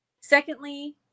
Secondly